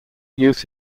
youth